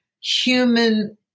human